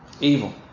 Evil